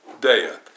death